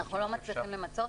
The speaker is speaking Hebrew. נכון.